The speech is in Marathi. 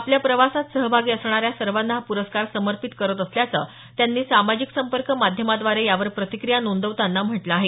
आपल्या प्रवासात सहभागी असणाऱ्या सर्वांना हा पुरस्कार समर्पित करत असल्याचं त्यांनी सामाजिक संपर्क माध्यमांद्वारे यावर प्रतिक्रिया नोंदवताना म्हटलं आहे